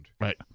right